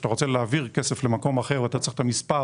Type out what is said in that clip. שאתה רוצה להעביר כסף למקום אחר ואתה צריך את המספר,